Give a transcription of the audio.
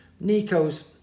Nico's